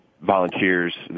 volunteers